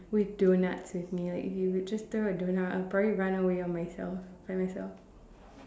with doughnuts with me if you just throw a doughnut I'll probably run away on myself by myself